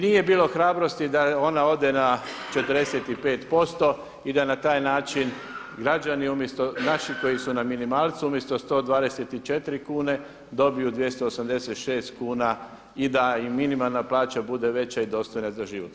Nije bilo hrabrosti da ona ode na 45% i da na taj način građani umjesto, naši koji su na minimalcu umjesto 124 kune dobiju 286 kuna i da im minimalna bude veća i dostojna za život.